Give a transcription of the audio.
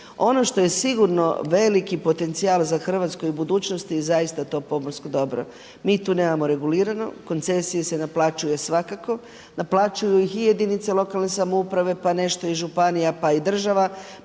Ono što je sigurno veliki potencijal za Hrvatsku i budućnost je zaista to pomorsko dobro. Mi to nemamo regulirano, koncesije se naplaćuje svakako, naplaćuju ih i jedinica lokalne samouprave pa nešto i županija, pa i država,